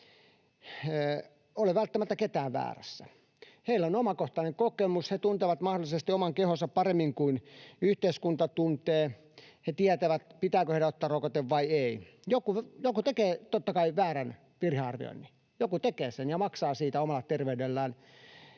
ole välttämättä kukaan väärässä. Heillä on omakohtainen kokemus, he mahdollisesti tuntevat oman kehonsa paremmin kuin yhteiskunta tuntee. He tietävät, pitääkö heidän ottaa rokote vai ei. Joku tekee, totta kai, virhearvioinnin. Joku tekee sen ja maksaa siitä omalla terveydellään